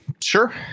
sure